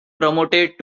promoted